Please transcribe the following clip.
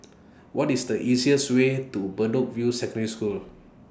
What IS The easiest Way to Bedok View Secondary School